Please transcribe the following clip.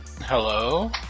Hello